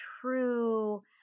true